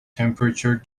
temperature